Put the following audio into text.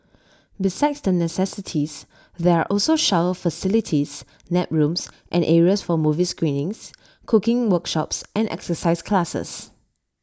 besides the necessities there are also shower facilities nap rooms and areas for movie screenings cooking workshops and exercise classes